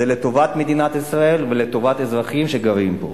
זה לטובת מדינת ישראל ולטובת אזרחים שגרים פה.